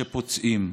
שפוצעים.